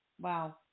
Wow